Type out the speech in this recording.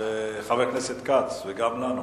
אתם מפריעים לחבר הכנסת כץ, וגם לנו.